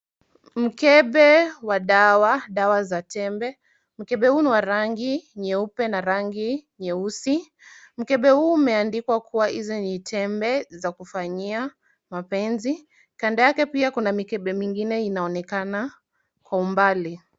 Mkembe wa dawa, dawa za tembe. Mkembe huu ni wa rangi nyeupe na rangi nyeusi. Mkembe huu umeandikwa kuwa hizi ni tembe za kufanyia mapenzi. Kando yake pia kuna mikembe mingine inaonekana kwa umbali.